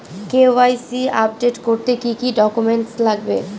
KYC update করতে কি কি ডকুমেন্টস লাগবে?